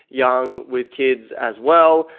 young with kids as well.